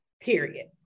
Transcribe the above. period